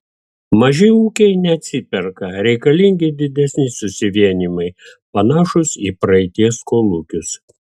maži ūkiai neatsiperka reikalingi didesni susivienijimai panašūs į praeities kolūkius